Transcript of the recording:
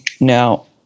Now